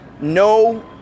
No